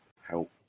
help